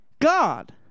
God